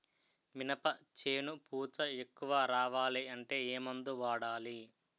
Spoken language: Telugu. మినప చేను పూత ఎక్కువ రావాలి అంటే ఏమందు వాడాలి?